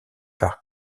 par